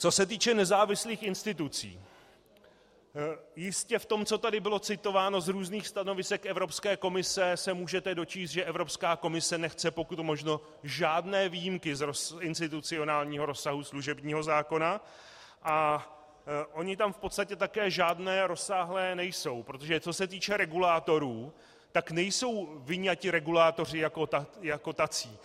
Co se týče nezávislých institucí, jistě v tom, co tady bylo citováno z různých stanovisek Evropské komise, se můžete dočíst, že Evropská komise nechce pokud možno žádné výjimky z institucionálního rozsahu služebního zákona, a ony tam v podstatě také žádné rozsáhlé nejsou, protože co se týče regulátorů, tak nejsou vyňati regulátoři jako tací.